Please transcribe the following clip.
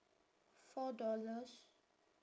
four dollars